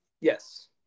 Yes